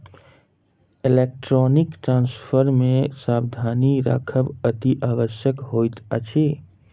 electronic transfer मे सावधानी राखब अतिआवश्यक होइत अछि